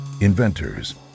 inventors